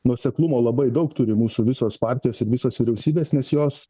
nuoseklumo labai daug turi mūsų visos partijos ir visos vyriausybės nes jos